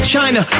China